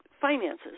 finances